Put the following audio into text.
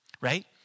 right